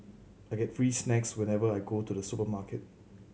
I get free snacks whenever I go to the supermarket